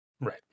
right